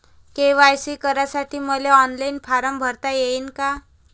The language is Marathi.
के.वाय.सी करासाठी मले ऑनलाईन फारम भरता येईन का?